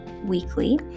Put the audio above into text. weekly